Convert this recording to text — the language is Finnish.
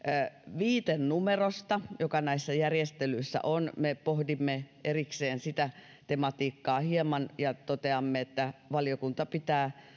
viitenumerosta joka näissä järjestelyissä on me pohdimme erikseen sitä tematiikkaa hieman ja toteamme että valiokunta pitää